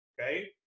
Okay